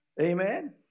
Amen